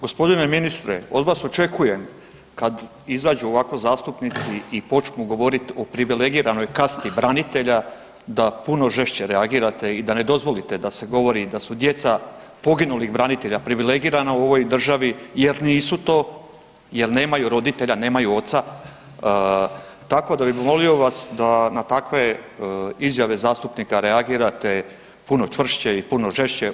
Gospodine ministre, od vas očekujem, kad izađu ovako zastupnici i počnu govoriti o privilegiranoj kasti branitelja da puno žešće reagirate i ne dozvolite da se govori da su djeca poginulih branitelja privilegirana u ovoj državi, jer nisu to, jer nemaju roditelja, nemaju oca, tako da bi molio vas da na takve izjave zastupnika reagirate puno čvršće i puno žešće.